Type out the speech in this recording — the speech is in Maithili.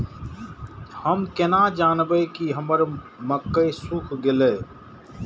हम केना जानबे की हमर मक्के सुख गले?